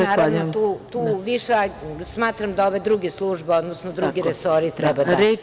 Naravno, tu više smatram da ove druge službe, odnosno drugi resori treba da…) Da, tako je.